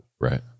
right